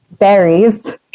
Berries